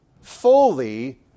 fully